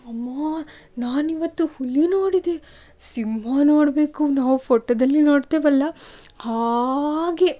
ಅಮ್ಮಾ ನಾನಿವತ್ತು ಹುಲಿ ನೋಡಿದೆ ಸಿಂಹ ನೋಡಬೇಕು ನಾವು ಫೋಟೋದಲ್ಲಿ ನೋಡ್ತೇವಲ್ಲ ಹಾಗೆ